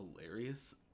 hilarious